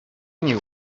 knew